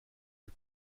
les